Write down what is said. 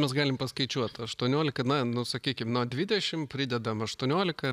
mes galim paskaičiuot aštuoniolika na sakykim nuo dvidešim pridedam aštuoniolika